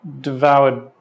devoured